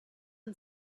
and